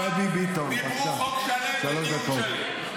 דבי ביטון, בבקשה, שלוש דקות.